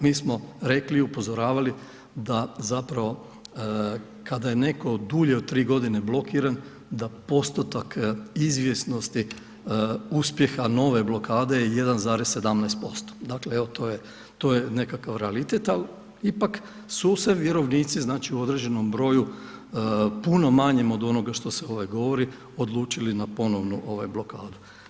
Mi smo rekli i upozoravali da zapravo kada je netko dulje od 3 godine blokiran da postotak izvjesnosti uspjeha nove blokade je 1,17%, dakle evo to je nekakav realitet ali ipak su se vjerovnici znači u određenom broju, puno manjem od onoga što se govori odlučili na ponovnu blokadu.